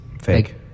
Fake